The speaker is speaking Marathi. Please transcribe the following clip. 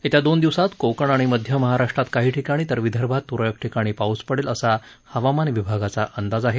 येत्या दोन दिवसात कोकण आणि मध्य महाराष्ट्रात काही ठिकाणी तर विदर्भात तुरळक ठिकाणी पाऊस पडेल असा हवामान विभागाचा अंदाज आहे